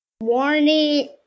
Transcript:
Warning